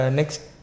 next